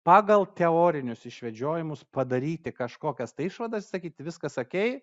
pagal teorinius išvedžiojimus padaryti kažkokias tai išvadas sakyti viskas okei